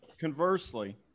Conversely